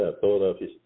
Philadelphia